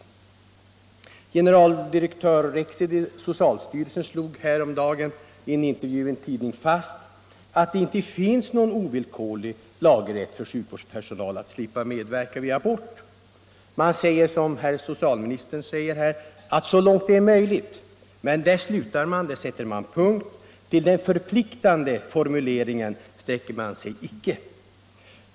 21 Generaldirektör Rexed i socialstyrelsen slog häromdagen i en intervju i en tidning fast, att det icke finns någon ovillkorlig laglig rätt för sjukvårdspersonal att slippa medverka vid abort. Generaldirektör Rexed använder, som socialministern nyss gjorde här i kammaren, uttrycket ”så långt det är möjligt”. Där sätter man punkt. Till den förpliktande formuleringen sträcker man sig icke.